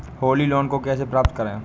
Holi loan को कैसे प्राप्त करें?